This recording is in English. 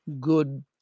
good